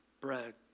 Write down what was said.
bread